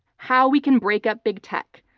how we can break up big tech.